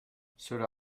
cela